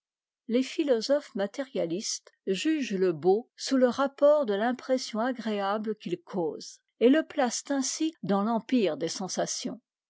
les philosophes matérialistes jugent le beau sous le rapport de l'impression agréable qu'il cause et le placent ainsi dans l'empire des sensations